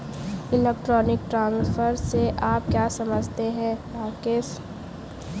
Electronic transfer से आप क्या समझते हैं, राकेश?